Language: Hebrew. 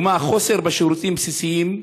לדוגמה, חוסר בשירותים בסיסיים,